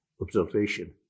observation